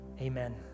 Amen